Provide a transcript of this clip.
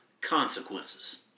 consequences